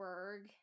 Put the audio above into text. Berg